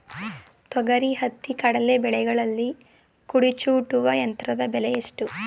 ತೊಗರಿ, ಹತ್ತಿ, ಕಡಲೆ ಬೆಳೆಗಳಲ್ಲಿ ಕುಡಿ ಚೂಟುವ ಯಂತ್ರದ ಬೆಲೆ ಎಷ್ಟು?